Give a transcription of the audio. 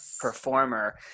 performer